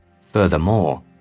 Furthermore